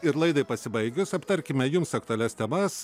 ir laidai pasibaigus aptarkime jums aktualias temas